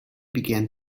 began